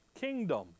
kingdom